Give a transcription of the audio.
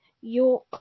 York